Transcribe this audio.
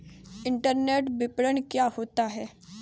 Internet विपणन क्या होता है?